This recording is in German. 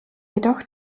jedoch